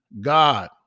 God